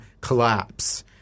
collapse